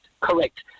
correct